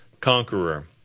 conqueror